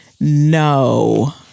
no